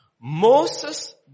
Moses